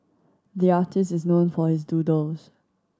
the artist is known for his doodles